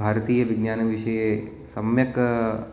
भारतीयविज्ञानविषये सम्यक्